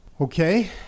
Okay